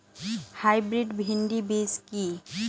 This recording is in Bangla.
হাইব্রিড ভীন্ডি বীজ কি?